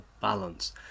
balance